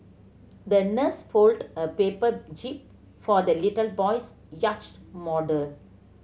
the nurse folded a paper jib for the little boy's yacht model